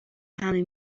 همه